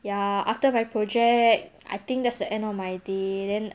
ya after my project I think that's the end of my day then